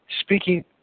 speaking